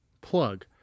plug